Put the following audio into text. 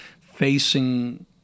facing